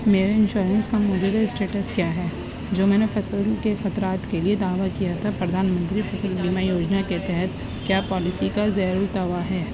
میرے انشورنس کا موجودہ اسٹیٹس کیا ہے جو میں نے فصل کے خطرات کے لیے دعویٰ کیا تھا پردھان منتری فصل بیمہ یوجنا کے تحت کیا پالیسی کا ہے